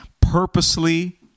purposely